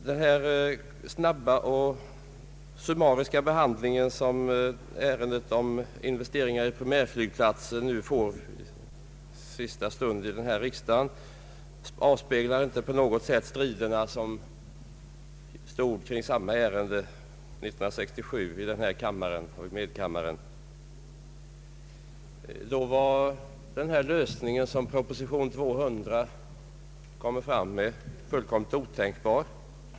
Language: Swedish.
Den snabba och summariska behandling som ärendet om investeringar i primärflygplatser fått i sista stund här i riksdagen avspeglar inte på något sätt de strider som stått kring samma ärende 1967 i denna kammare och i medkammaren. Då var den lösning, som föreslås i proposition nr 200, fullkomligt otänkbar.